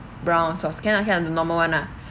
brown sauce can ah can the normal [one] lah